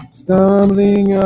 stumbling